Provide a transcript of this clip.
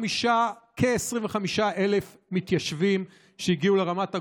כ-25,000 מתיישבים שהגיעו לרמת הגולן,